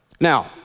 Now